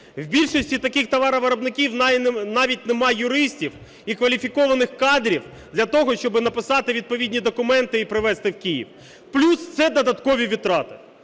В більшості таких товаровиробників навіть нема юристів і кваліфікованих кадрів для того, щоб написати відповідні документи і привезти в Київ. Плюс – це додаткові витрати.